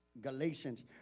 Galatians